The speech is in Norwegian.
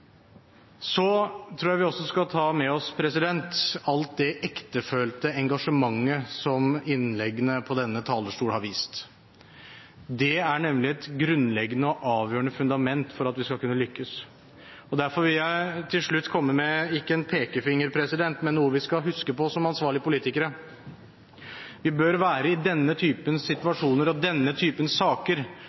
Så tror jeg vi også skal ta med oss alt det ektefølte engasjementet som innleggene på denne talerstol har vist. Det er nemlig et grunnleggende og avgjørende fundament for at vi skal kunne lykkes. Derfor vil jeg til slutt komme med – ikke en pekefinger, men noe vi skal huske på som ansvarlige politikere: Vi bør i denne typen situasjoner og denne typen saker